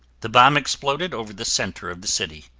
the bomb exploded over the center of the city.